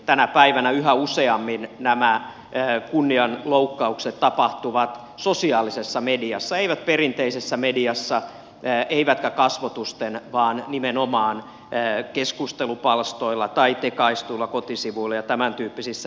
tänä päivänä yhä useammin nämä kunnianloukkaukset tapahtuvat sosiaalisessa mediassa eivät perinteisessä mediassa eivätkä kasvotusten vaan nimenomaan keskustelupalstoilla tai tekaistuilla kotisivuilla ja tämäntyyppisissä